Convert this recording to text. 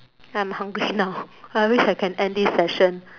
I'm hungry now I wish I can end this session